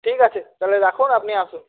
ঠিক আছে তাহলে রাখুন আপনি আসুন